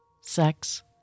sex